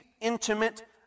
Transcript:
intimate